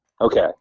okay